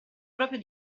proprio